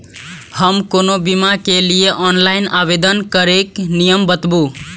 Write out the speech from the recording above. हम कोनो बीमा के लिए ऑनलाइन आवेदन करीके नियम बाताबू?